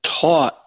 taught